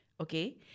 okay